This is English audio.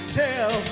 tell